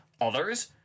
others